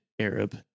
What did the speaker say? Arab